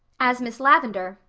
as miss lavendar.